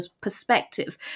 perspective